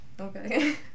Okay